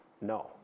No